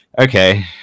okay